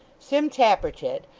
sim tappertit,